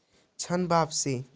ऋण वापसी?